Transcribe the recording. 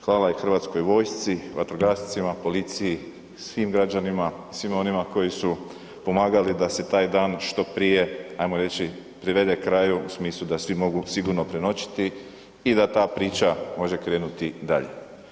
Hvala i hrvatskoj vojsci, vatrogascima, policiji, svim građanima, svima onima koji su pomagali da se taj dan što prije, ajmo reći privede kraju u smislu da svi mogu sigurno prenoćiti i da ta priča može krenuti dalje.